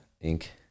Ink